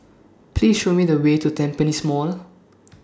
Please Show Me The Way to Tampines Mall